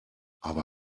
aber